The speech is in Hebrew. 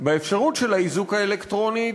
באפשרות של האיזוק האלקטרוני,